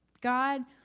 God